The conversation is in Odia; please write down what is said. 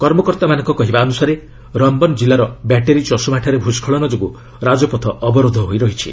କର୍ମକର୍ତ୍ତାମାନଙ୍କ କହିବା ଅନୁସାରେ ରାମବନ୍ କିଲ୍ଲାର ବ୍ୟାଟେରୀ ଚଷମାଠାରେ ଭୂଷ୍କଳନ ଯୋଗୁଁ ରାଜପଥ ଅବରୋଧ ହୋଇ ରହିଛି